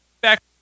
Back